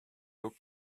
look